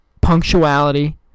punctuality